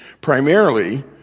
primarily